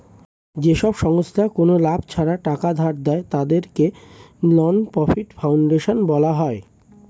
যেসব সংস্থা কোনো লাভ ছাড়া টাকা ধার দেয়, তাদেরকে নন প্রফিট ফাউন্ডেশন বলা হয়